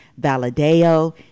Valadeo